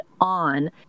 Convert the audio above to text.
on